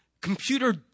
computer